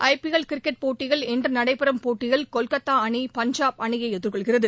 IPL cricket போட்டியில் இன்று நடைபெறும் போட்டியில் கொல்கத்தா அணி பஞ்சாப் அணியை எதிர்கொள்கிறது